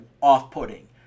off-putting